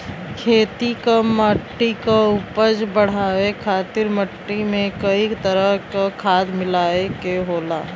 खेती क मट्टी क उपज बढ़ाये खातिर मट्टी में कई तरह क खाद मिलाये के होला